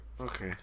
Okay